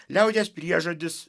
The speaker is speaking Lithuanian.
liaudies priežodis